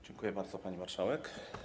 Dziękuję bardzo, pani marszałek.